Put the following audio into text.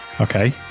okay